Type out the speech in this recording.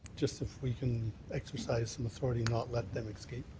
just if we can exercise some authority not let them escape.